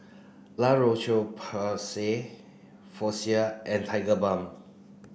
La Roche Porsay Floxia and Tigerbalm